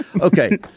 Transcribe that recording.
Okay